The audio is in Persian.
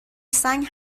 سنگ